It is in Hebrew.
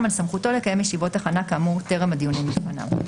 על סמכותו לקיים ישיבות הכנה כאמור בטרם הדיונים בפניו.